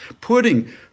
putting